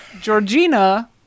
Georgina